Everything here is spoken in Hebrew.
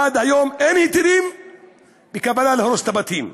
עד היום אין היתרים מכוונה להרוס את הבתים.